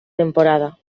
temporada